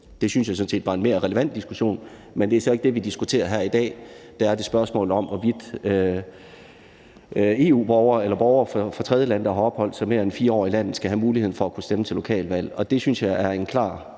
Det synes jeg sådan set ville være en mere relevant diskussion, men det er så ikke det, vi diskuterer her i dag. Der er det spørgsmålet om, hvorvidt EU-borgere eller borgere fra tredjelande, der har opholdt sig mere end 4 år i landet, skal have mulighed for at kunne stemme til lokalvalg. Jeg synes, det er en klar